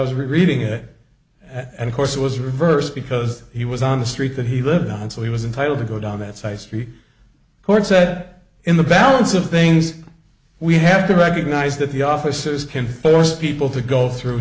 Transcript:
was reading it and of course it was reversed because he was on the street that he lived on so he was entitled to go down that's ice free court said in the balance of things we have to recognize that the officers can force people to go through